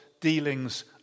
dealings